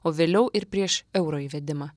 o vėliau ir prieš euro įvedimą